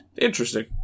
Interesting